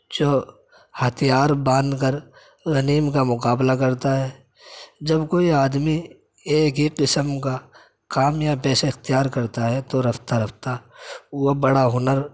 جو ہتھیار باندھ کر غنیم کا مقابلہ کرتا ہے جب کوئی آدمی ایک ہی قسم کا کام یا پیشہ اختیار کرتا ہے تو رفتہ رفتہ وہ بڑا ہنر